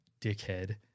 dickhead